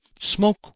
smoke